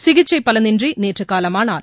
சிகிச்சை பலனின்றி நேற்று காலமானார்